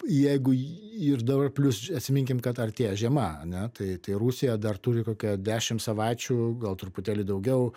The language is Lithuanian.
jeigu ir dar plius atsiminkim kad artėja žiema ane tai tai rusija dar turi kokią dešimt savaičių gal truputėlį daugiau